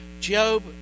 Job